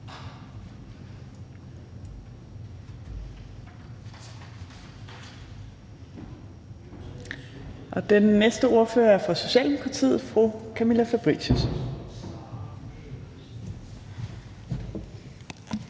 Den næste ordfører er fra Socialdemokratiet. Fru Camilla Fabricius,